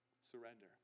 Surrender